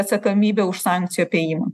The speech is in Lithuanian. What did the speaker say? atsakomybė už sankcijų apėjimą